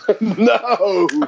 no